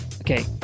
okay